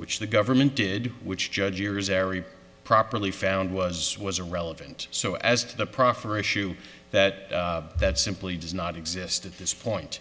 which the government did which judge irizarry properly found was was irrelevant so as to the proffer issue that that simply does not exist at this point